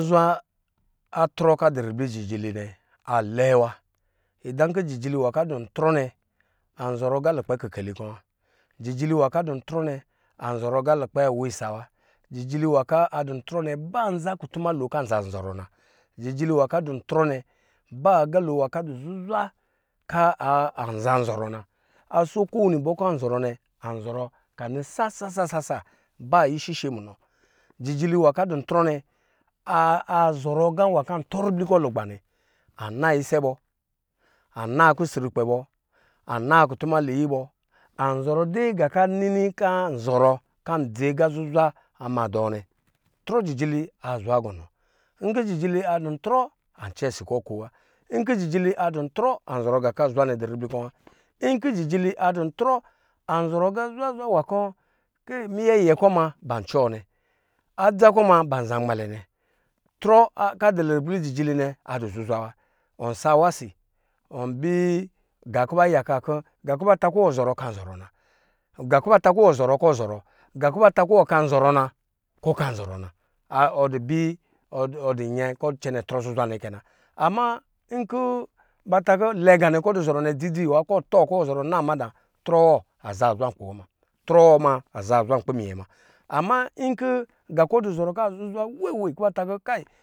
Muzwa atuɔkɔ adu ribli jijili alɛɛ wa idankɔ jijili nwa kɔ adɔntzɔ anzɔrɔ nga lukpɛ kikeu kɔ wa jijili nwakɔ adɔ ntuɔ nɛ anzɔrɔ aga lukpɛ awa isa wa jijili nwa kɔ adɔ ntzɔ nɛ ba nza kutuma lo kɔ anza zɔrɔ na, jijili nwa kɔ adɔ ntrɔ nɛ ba nza ga kɔ adɔ zuzwa kɛɔ anza zɔr ɔ na aso ko wuni bɔ kɔ an zɔrɔ nɛ awzɔrɔ kɔ anɔ sasasasa ba ishishe munɔ, jijilin wa kɔ adu ntrɔ nɛ arzɔrɔ nga kɔ antɔ ribli kɔ nɛ lagba anna isɛ bɔ anza kusru kpɛ bɔ anaakutuna liyi bɔ auzɔrɔ de naa kɔ zɔrɔ kɔ andzi aga zuzwa ama dɔɔ nɛ, trɔ jijili azwa gɔnɔ nkɔ jijili adɔntzɔ ancɛ osi kɔ nkowa nkɔ jijili adon tcɔ anzɔrɔ anɔ ngakɔ azwa nɛ madɔriblikɔ wa nkɔ jijili adɔntzɔ anzɔrɔ aga zwazwa nwa kɔ miyɛyɛ kɔ ma ba cɔ nɛ, adza kɔ ma ba zanmalɛ nɛ, trɔ kɔ adɔ ribli jijili nɛ adɔ zuzwa wa ɔnsa awa si ɔnbɛ nga kɔ ba yaka kɔ nga kɔbata kɔ wɔ zɔrɔ kɔ ɔzɔrɔ nga kɔ ba ta kɔ wɔ kan zɔrɔ nakɔ ɔkan zɔrɔ na ɔdi nyɛ kɔ acɛnɛ ɔtrɔ zuzwa nɛ kɛ na ama nkɔ ba ta kɔ lɛ nganɛ kɔ ɔdu zɔrɔ a dzidziwa ɔtɔ kɔ ɔzɔrɔ na mada trɔwɔ aza zwa nkpi wɔ muna trɔ wɔ aza zwa nkpi miyɛ ma ama nkɔ nga kɔ ɔzɔrɔ kɔ azuzwa weewe kɔ ba ta kɔka.